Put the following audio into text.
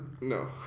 no